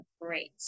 Great